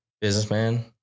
businessman